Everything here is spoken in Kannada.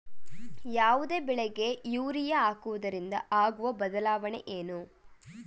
ಯಾವುದೇ ಬೆಳೆಗೆ ಯೂರಿಯಾ ಹಾಕುವುದರಿಂದ ಆಗುವ ಬದಲಾವಣೆ ಏನು?